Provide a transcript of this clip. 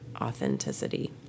authenticity